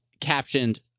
captioned